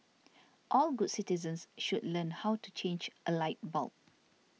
all good citizens should learn how to change a light bulb